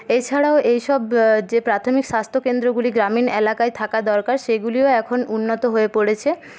এছাড়াও এইসব যে প্রাথমিক স্বাস্থ্যকেন্দ্রগুলি গ্রামীণ এলাকায় থাকা দরকার সেগুলিও এখন উন্নত হয়ে পরেছে